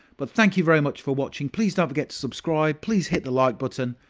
but thank you very much for watching. please don't forget to subscribe. please hit the like button.